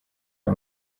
aya